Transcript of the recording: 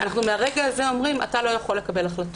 אנחנו אומרים: מהרגע הזה אתה לא יוכל לקבל החלטות.